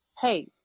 Hey